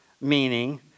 meaning